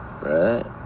Right